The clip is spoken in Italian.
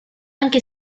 anche